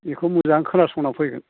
बेखौ मोजां खोनासंना फैगोन